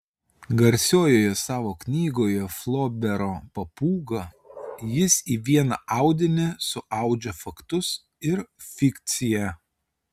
garsiojoje savo knygoje flobero papūga jis į vieną audinį suaudžia faktus ir fikciją